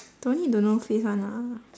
don't need the no face one ah